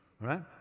right